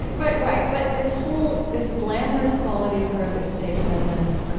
but, right. but this whole, this glamorous quality of her, this stage presence